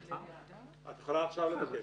את יכולה עכשיו לבקש.